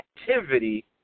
activity